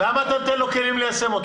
למה אתה נותן לו כלים ליישם אותם?